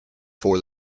for